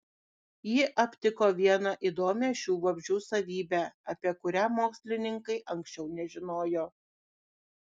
ji aptiko vieną įdomią šių vabzdžių savybę apie kurią mokslininkai anksčiau nežinojo